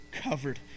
covered